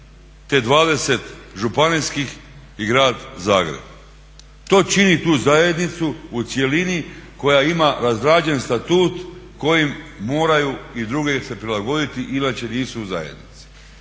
te 20 županijskih i Grad Zagreb. To čini tu zajednicu u cjelini koja ima razrađen statut kojem moraju i drugi se prilagoditi, inače nisu u zajednici.